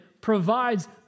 provides